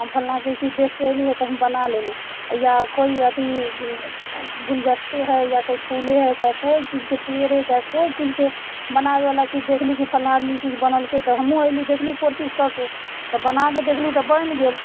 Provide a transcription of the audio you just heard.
हम फल्लाँके ई चीज देखके अयली हेँ तऽ बना लेली या कोइ अथि गुलदस्ते हइ या कोइ फूले हइ चाहे कोइ चीजके पेड़े चाहे कोइ चीजके बनाबैवला चीज देखली कि फल्लाँ आदमी ई चीज बनेलकै तऽ हमहूँ अयली देखली कोशिश करके तऽ बनाके देखली तऽ बनि गेल